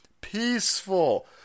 peaceful